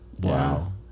wow